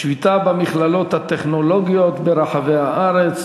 השביתה במכללות הטכנולוגיות ברחבי הארץ,